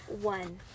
one